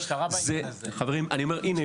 הינה,